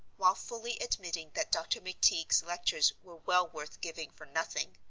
while fully admitting that dr. mcteague's lectures were well worth giving for nothing,